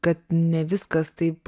kad ne viskas taip